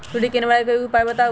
सुडी से निवारक कोई उपाय बताऊँ?